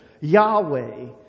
Yahweh